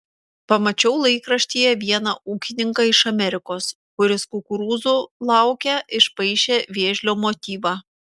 pamačiau laikraštyje vieną ūkininką iš amerikos kuris kukurūzų lauke išpaišė vėžlio motyvą